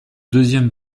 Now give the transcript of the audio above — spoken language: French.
deuxième